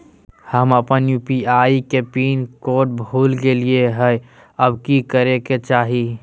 हम अपन यू.पी.आई के पिन कोड भूल गेलिये हई, अब की करे के चाही?